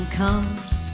comes